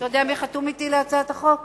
אתה יודע מי חתום אתי על הצעת החוק?